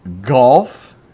golf